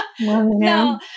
no